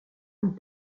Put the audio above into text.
vous